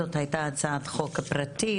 זאת הייתה הצעת חוק פרטית.